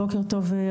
בוקר טוב,